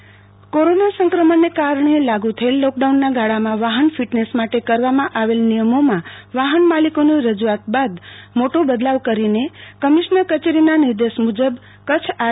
ઓ કચેરી વાહન fitness corona સંક્રમણને કારણે લાગુ થયેલ લોકડાઉનના ગાળામાં વાહન ફિટનેશ માટે કરવામાં આવેલ નિયમોમાં વાહન માલિકોની રજુઆત બાદ મોટો બદલાવ કરીને કમિશ્નર કચેરીના નિર્દેશ મુજબ કચ્છ આર